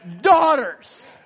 daughters